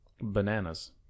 bananas